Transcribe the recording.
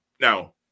Now